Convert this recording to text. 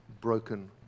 broken